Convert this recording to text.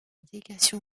délégation